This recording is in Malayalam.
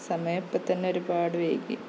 സമയം ഇപ്പത്തന്നെ ഒരുപാട് വൈകി